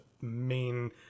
main